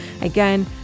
again